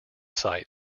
site